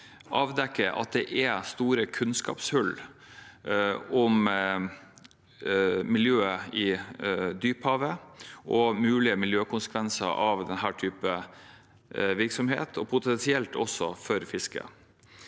avdekker at det er store kunnskapshull om miljøet i dyphavet og mulige miljøkonsekvenser av denne typen virksomhet, potensielt også for fiskeriene.